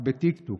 בטיקטוק.